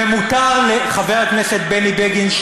ומותר לחבר הכנסת בני בגין,